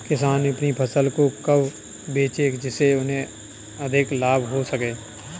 किसान अपनी फसल को कब बेचे जिसे उन्हें अधिक लाभ हो सके?